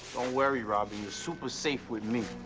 worry, robbyn. you're super safe with me.